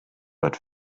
but